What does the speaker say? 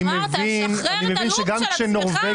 אני מבין שהאמת כואבת לכם.